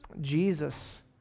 Jesus